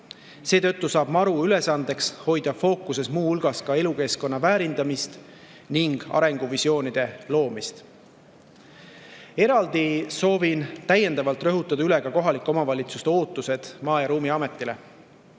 Seetõttu saab MaRu ülesandeks hoida fookuses muu hulgas ka elukeskkonna väärindamist ning arenguvisioonide loomist. Eraldi soovin täiendavalt üle rõhutada kohalike omavalitsuste ootused Maa‑ ja Ruumiametile.